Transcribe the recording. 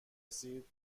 رسید